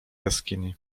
jaskini